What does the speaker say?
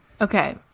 Okay